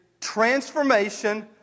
transformation